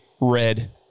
red